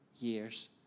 years